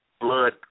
blood